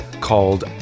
called